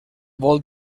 vol